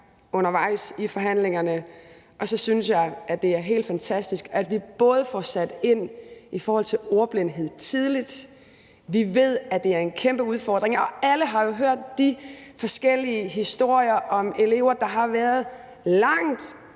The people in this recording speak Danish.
undervejs i forhandlingerne. Og så synes jeg, det er helt fantastisk, at vi får sat ind i forhold til ordblindhed tidligt. Vi ved, at det er en kæmpe udfordring, og alle har jo hørt de forskellige historier om elever, der har været langt